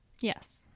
Yes